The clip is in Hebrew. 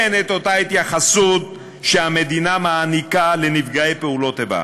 אין אותה התייחסות שהמדינה מעניקה לנפגעי פעולות איבה.